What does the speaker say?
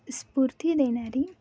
स्फूर्ती देणारी